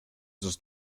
sus